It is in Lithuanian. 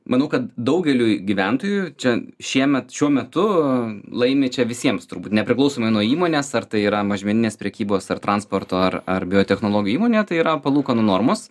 manau kad daugeliui gyventojų čia šiemet šiuo metu laimi čia visiems turbūt nepriklausomai nuo įmonės ar tai yra mažmeninės prekybos ar transporto ar ar biotechnologijų įmonė tai yra palūkanų normos